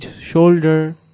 shoulder